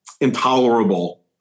intolerable